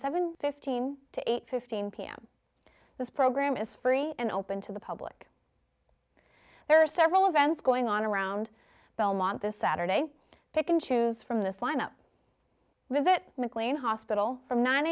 seven fifteen to eight fifteen pm this program is free and open to the public there are several events going on around belmont this saturday pick and choose from this lineup visit mclean hospital from nine